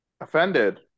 Offended